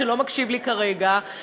שלא מקשיב לי כרגע,